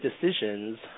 decisions